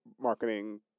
marketing